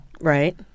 right